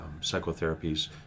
psychotherapies